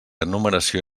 enumeració